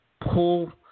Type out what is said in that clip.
pull